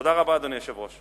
תודה רבה, אדוני היושב-ראש.